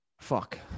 Fuck